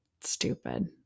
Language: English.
stupid